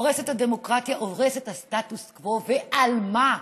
הורס את הדמוקרטיה, הורס את הסטטוס קוו, ועל מה?